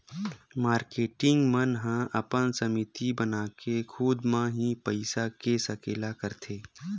marketing मन ह अपन समिति बनाके खुद म ही पइसा के सकेला करथे